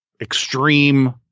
extreme